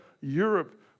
Europe